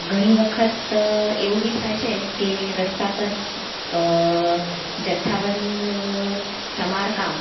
ઘણી વખત એવું બી થાય છે કે રસ્તા પર જથ્થા બંધ સમારકામ